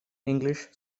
english